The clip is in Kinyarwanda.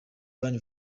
van